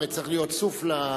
הרי צריך להיות סוף למפגש.